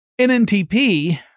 NNTP